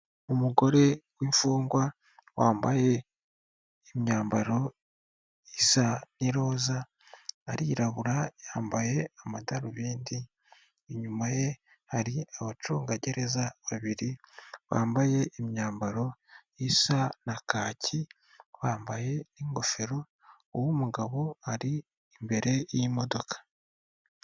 Umugore w'imfungwa wambaye imyambaro isa n'iroza arirabura yambaye amadarubindi, inyuma ye hari abacungagereza babiri bambaye imyambaro isa na kaki, bambaye ingofero uw'umugabo ari imbere y'imodoka.